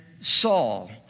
Saul